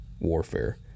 warfare